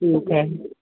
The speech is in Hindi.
ठीक है